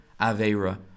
avera